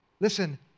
Listen